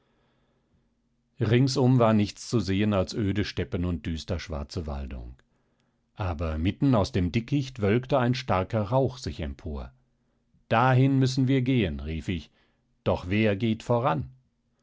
ringsum war nichts zu sehen als öde steppen und düsterschwarze waldung aber mitten aus dem dickicht wölkte ein starker rauch sich empor dahin müssen wir gehen rief ich doch wer geht voran